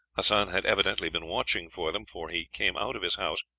hassan had evidently been watching for them, for he came out of his house,